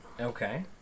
Okay